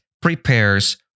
prepares